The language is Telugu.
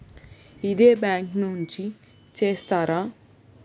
ఇదే బ్యాంక్ నుంచి చేస్తారా?